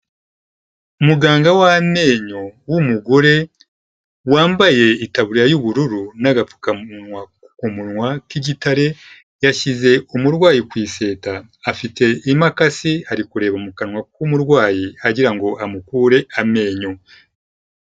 Muganga w'amenyo w'umugore wambaye itaburiya y'ubururu n'agapfukamunwa ku munwa k'igitare yashyize umurwayi ku iseta, afite imakasi, ari kureba mu kanwa k'umurwayi agira ngo amukure amenyo.